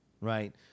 right